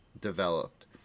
developed